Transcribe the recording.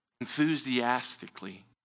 enthusiastically